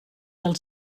del